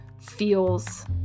feels